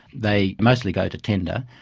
they mostly go to tender.